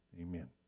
Amen